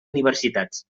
universitats